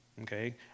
Okay